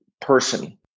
person